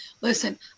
listen